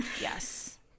Yes